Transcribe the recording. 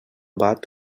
bat